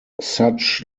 such